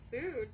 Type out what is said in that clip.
food